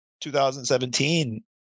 2017